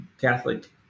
Catholic